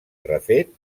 refet